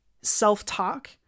self-talk